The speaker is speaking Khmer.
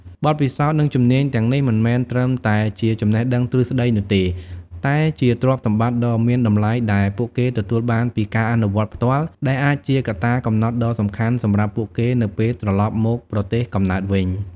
បទពិសោធន៍ និងជំនាញទាំងនេះ មិនមែនត្រឹមតែជាចំណេះដឹងទ្រឹស្ដីនោះទេ តែជាទ្រព្យសម្បត្តិដ៏មានតម្លៃដែលពួកគេទទួលបានពីការអនុវត្តផ្ទាល់ ដែលអាចជាកត្តាកំណត់ដ៏សំខាន់សម្រាប់ពួកគេនៅពេលត្រឡប់មកប្រទេសកំណើតវិញ។